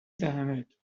دهنت